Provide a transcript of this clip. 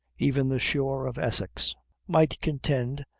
even the shore of essex might contend,